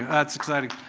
that's exciting.